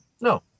no